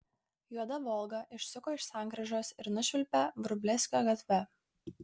juoda volga išsuko iš sankryžos ir nušvilpė vrublevskio gatve